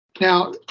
Now